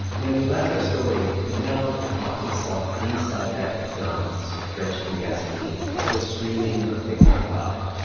when we left our story, kamel had locked himself inside that mcdonald's, drenched in gasoline, still streaming on facebook live.